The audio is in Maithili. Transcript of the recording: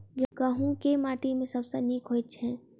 गहूम केँ माटि मे सबसँ नीक होइत छै?